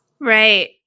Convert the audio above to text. right